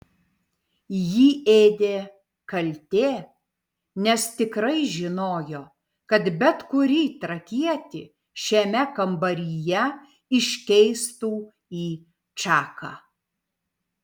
jį ėdė kaltė nes tikrai žinojo kad bet kurį trakietį šiame kambaryje iškeistų į čaką